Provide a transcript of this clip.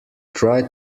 try